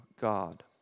God